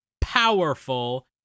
powerful